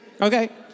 Okay